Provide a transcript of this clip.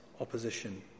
opposition